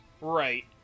Right